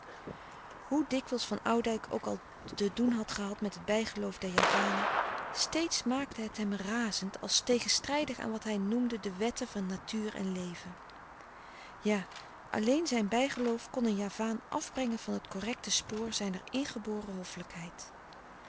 hoe dikwijls van oudijck ook al te doen had gehad met het bijgeloof der javanen steeds maakte het hem razend als tegenstrijdig aan wat hij noemde de wetten van natuur en leven ja alleen zijn bijgeloof kon een javaan afbrengen van het correcte spoor zijner ingeboren